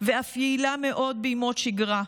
ואף יעילה מאוד בימות שגרה.